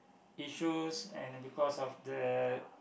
issues and because of the